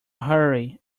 hurry